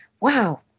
wow